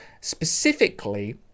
specifically